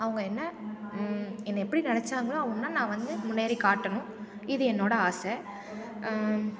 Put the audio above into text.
அவங்க என்னை என்னை எப்படி நினச்சாங்களோ அவங்க முன்னே நான் வந்து முன்னேறி காட்டணும் இது என்னோட ஆசை